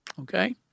Okay